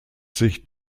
sich